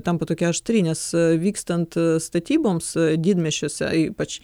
tampa tokia aštri nes vykstant statyboms didmiesčiuose ypač